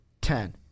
Ten